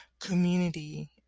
community